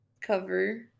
cover